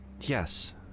yes